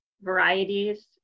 varieties